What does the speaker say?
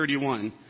31